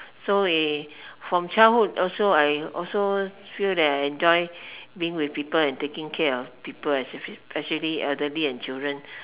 so we from childhood also I also feel that I enjoy being with people and taking care of people especially elderly and children